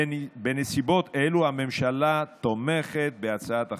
בנסיבות אלו הממשלה תומכת בהצעת החוק.